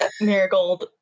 Marigold